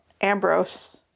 Ambrose